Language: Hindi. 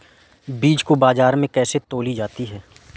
बीज को बाजार में कैसे तौली जाती है?